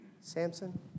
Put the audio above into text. Samson